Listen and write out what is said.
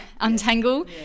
untangle